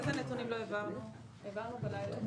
העברנו בלילה.